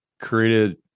created